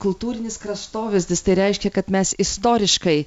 kultūrinis kraštovaizdis tai reiškia kad mes istoriškai